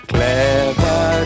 Clever